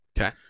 Okay